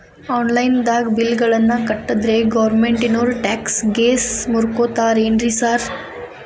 Online ದಾಗ bill ಗಳನ್ನಾ ಕಟ್ಟದ್ರೆ ಗೋರ್ಮೆಂಟಿನೋರ್ ಟ್ಯಾಕ್ಸ್ ಗೇಸ್ ಮುರೇತಾರೆನ್ರಿ ಸಾರ್?